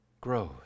grows